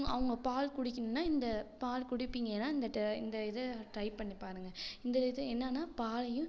அவங்க பால் குடிக்கணுன்னா இந்த பால் குடிப்பீங்கன்னா இந்த இந்த இதை ட்ரை பண்ணிப் பாருங்கள் இந்த இது என்னன்னா பாலையும்